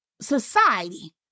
Society